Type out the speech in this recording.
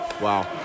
Wow